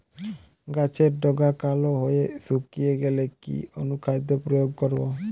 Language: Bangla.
গাছের ডগা কালো হয়ে শুকিয়ে গেলে কি অনুখাদ্য প্রয়োগ করব?